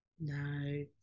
no